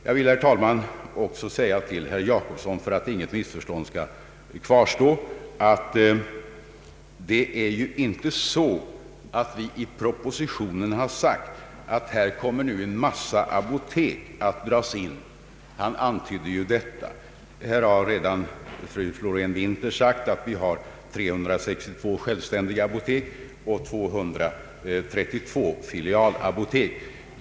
Till herr Jacobsson vill jag för att inget missförstånd skall kvarstå säga att i propositionen inte har uttalats att en massa apotek nu kommer att dras in. Han antydde detta. Fru Florén-Winther har redan sagt att vi har 362 självständiga apotek och 232 filialapotek.